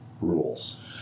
rules